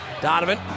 Donovan